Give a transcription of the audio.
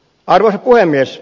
arvoisa puhemies